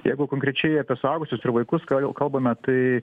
jeigu konkrečiai apie suaugusius ir vaikus ką jau kalbame tai